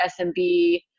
SMB